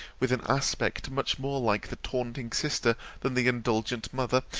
with an aspect much more like the taunting sister than the indulgent mother,